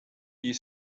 you